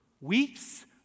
weeks